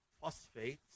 phosphates